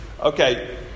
Okay